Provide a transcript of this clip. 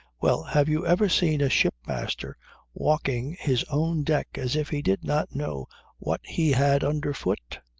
well, have you ever seen a shipmaster walking his own deck as if he did not know what he had underfoot?